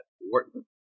Wharton